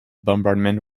bombardment